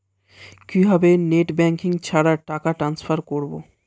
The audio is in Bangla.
কিভাবে নেট ব্যাঙ্কিং ছাড়া টাকা ট্রান্সফার করবো?